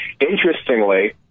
interestingly